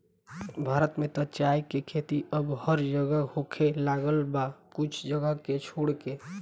भारत में त चाय के खेती अब हर जगह होखे लागल बा कुछ जगह के छोड़ के